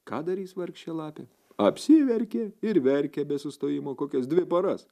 ką darys vargšė lapė apsiverkė ir verkė be sustojimo kokias dvi paras